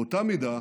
באותה מידה